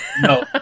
No